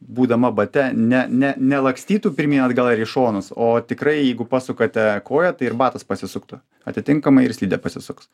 būdama bate ne ne nelakstytų pirmyn atgal ar į šonus o tikrai jeigu pasukate koją tai ir batas pasisuktų atitinkamai ir slidė pasisuks